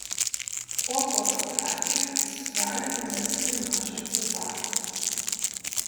po fotografijomis galima rasti mažą citatą